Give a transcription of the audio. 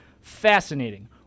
Fascinating